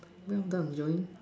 well done joying